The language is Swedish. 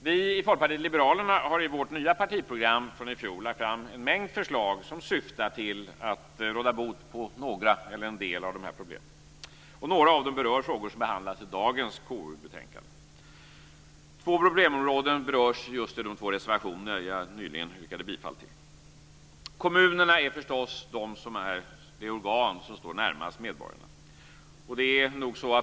Vi i Folkpartiet liberalerna har i vårt nya partiprogram från i fjol lagt fram en mängd förslag som syftar till att råda bot på några eller en del av de här problemen. Några av dem berör frågor som behandlas i dagens KU-betänkande. Två problemområden berörs just i de två reservationer som jag yrkade bifall till. Kommunerna är förstås de organ som står närmast medborgarna.